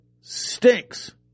stinks